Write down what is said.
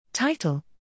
Title